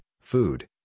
food